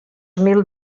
mil